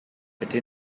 bitte